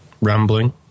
rambling